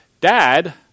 Dad